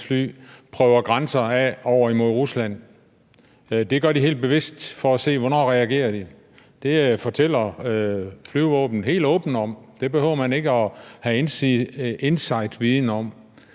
fly prøver grænser af over mod Rusland. Det gør de helt bevidst for at se, hvornår de reagerer. Det fortæller flyvevåbnet helt åbent om; der behøver man ikke at have insiderviden.